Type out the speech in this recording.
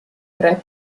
tre